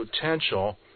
potential